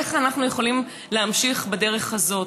איך אנחנו יכולים להמשיך בדרך הזאת?